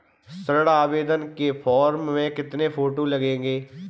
ऋण आवेदन के फॉर्म में कितनी फोटो लगेंगी?